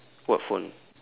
what phone